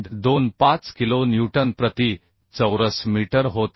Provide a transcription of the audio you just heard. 25 kilo newton प्रति चौरस metre होत आहे